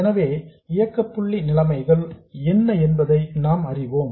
எனவே இயக்க புள்ளி நிலைமைகள் என்ன என்பதை நாம் அறிகிறோம்